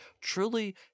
Truly